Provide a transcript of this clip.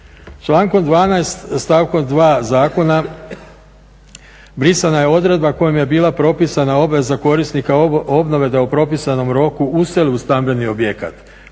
Člankom 12., stavkom 2 zakona brisana je odredba kojom je bila propisana obveza korisnika obnove da u propisanom roku useli u stambeni objekat